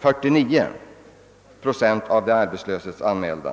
49 procent av de arbetslöshetsanmälda.